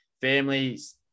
families